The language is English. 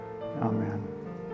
amen